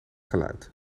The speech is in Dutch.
geluid